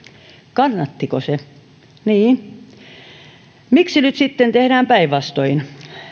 kannattiko se nii in miksi nyt sitten tehdään päinvastoin